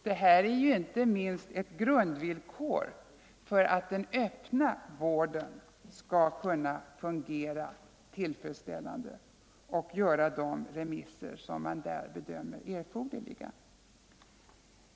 Det är inte minst ett grundvillkor för att den öppna vården skall kunna fungera tillfredsställande och göra de remisser som man där bedömer erforderliga.